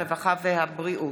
הרווחה והבריאות.